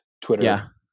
Twitter